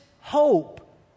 hope